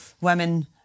women